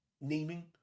naming